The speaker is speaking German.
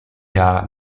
jahr